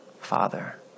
Father